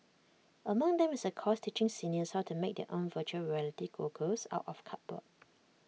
among them is A course teaching seniors how to make their own Virtual Reality goggles out of cardboard